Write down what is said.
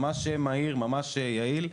ממש מהיר, ממש יעיל.